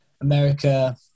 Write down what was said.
america